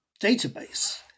database